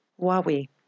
Huawei